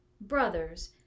brothers